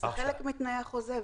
זה חלק מתנאי החוזה.